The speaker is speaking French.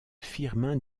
firmin